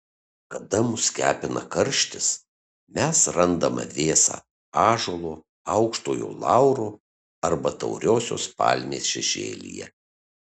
kada mus kepina karštis mes randame vėsą ąžuolo aukštojo lauro arba tauriosios palmės šešėlyje